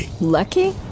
Lucky